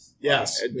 Yes